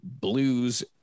blues